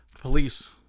police